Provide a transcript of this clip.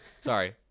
Sorry